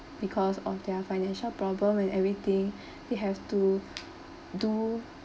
because of their financial problem and everything they have to do